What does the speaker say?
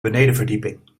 benedenverdieping